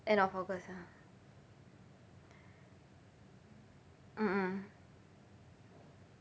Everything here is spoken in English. end of august ah mmhmm